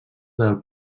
del